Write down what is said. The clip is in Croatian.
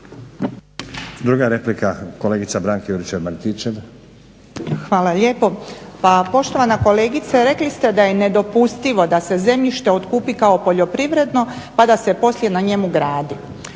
**Juričev-Martinčev, Branka (HDZ)** Hvala lijepo. Pa poštovana kolegice, rekli ste da je nedopustivo da se zemljište otkupi kao poljoprivredno pa da se poslije na njemu gradi.